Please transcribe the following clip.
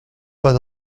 pas